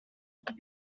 could